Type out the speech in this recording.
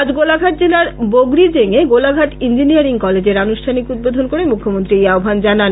আজ গোলাঘাট জেলার বগরিজেংয়ে গোলাঘাট ইঞ্জিনিয়ারিং কলেজের আনুষ্ঠানিক উদ্বোধন করে মুখ্যমন্ত্রী এই আহ্বান জানান